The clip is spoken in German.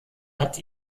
hat